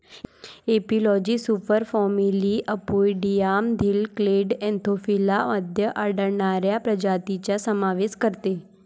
एपिलॉजी सुपरफॅमिली अपोइडियामधील clade Anthophila मध्ये आढळणाऱ्या प्रजातींचा समावेश करते